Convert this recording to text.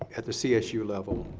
at the csu level.